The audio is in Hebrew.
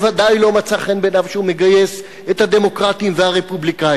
בוודאי לא מצא חן בעיניו שהוא מגייס את הדמוקרטים והרפובליקנים.